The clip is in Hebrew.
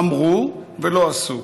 אמרו ולא עשו.